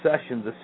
sessions